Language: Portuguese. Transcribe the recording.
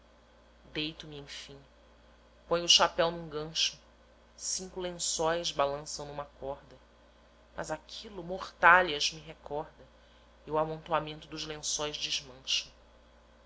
ladrilho deito-me enfim ponho o chapéu num gancho cinco lençóis balançam numa corda mas aquilo mortalhas me recorda e o amontoamento dos lençóis desmancho